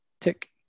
tick